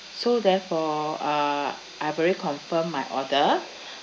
so therefore uh I already confirmed my order